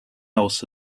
else